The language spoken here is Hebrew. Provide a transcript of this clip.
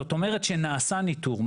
זאת אומרת, נעשה ניתור.